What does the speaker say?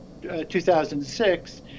2006